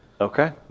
Okay